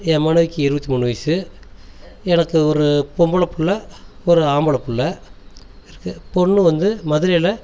என் மனைவிக்கு இருபத்தி மூணு வயசு எனக்கு ஒரு பொம்பள பிள்ள ஒரு ஆம்பள பிள்ள பொண்ணு வந்து மதுரையில்